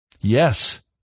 Yes